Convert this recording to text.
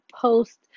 post